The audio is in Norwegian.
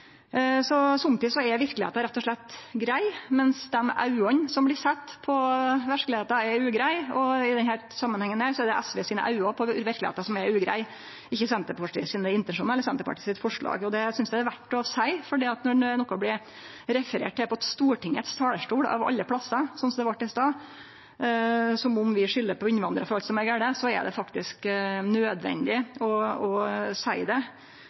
er verkelegheita rett og slett grei, medan auga som ser på verkelegheita, er ugreie, og i denne samanhengen er det SVs auge på verkelegheita som er ugreie, ikkje Senterpartiet sine intensjonar eller forslag. Det synest eg er verdt å seie. For når noko blir referert til på Stortingets talarstol av alle plassar, slik det vart i stad, som om vi skyldar på innvandrarar alt som er gale, er det faktisk nødvendig å seie det, uansett kva representant som vel å bruke dei orda frå talarstolen på Stortinget. Så er det